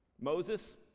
Moses